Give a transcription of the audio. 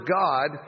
God